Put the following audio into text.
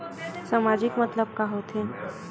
सामाजिक मतलब का होथे?